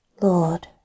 Lord